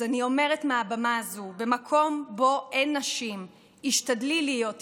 אז אני אומרת מהבמה הזו: במקום שבו אין נשים השתדלי להיות אישה.